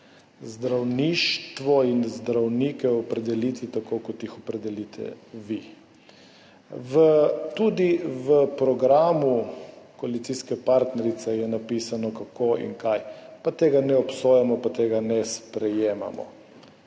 zdravništvo in zdravnike opredeliti tako, kot jih opredelite vi. Tudi v programu koalicijske partnerice je napisano, kako in kaj, pa tega ne obsojamo, pa tega ne sprejemamo.